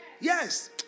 Yes